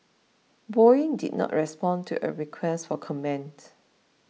Boeing did not respond to a request for comment